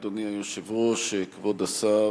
אדוני היושב-ראש, כבוד השר,